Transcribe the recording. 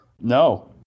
No